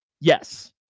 Yes